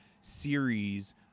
series